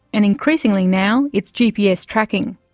and increasingly now it's gps tracking.